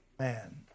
man